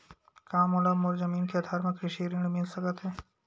का मोला मोर जमीन के आधार म कृषि ऋण मिल सकत हे?